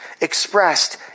expressed